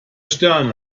sterne